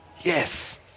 Yes